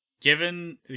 given